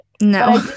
No